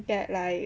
get like